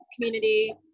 community